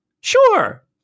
Sure